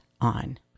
on